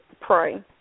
pray